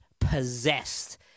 possessed